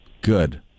good